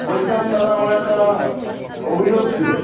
বলছিলাম দাদা আমার একটা অভিযোগ ছিলো